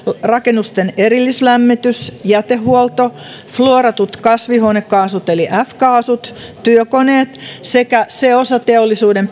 rakennusten erillislämmitys jätehuolto fluoratut kasvihuonekaasut eli f kaasut työkoneet sekä se osa teollisuuden